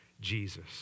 Jesus